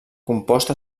composta